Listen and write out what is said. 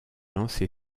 lancé